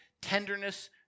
tenderness